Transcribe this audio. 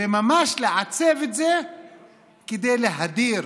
וממש לעצב את זה כדי להדיר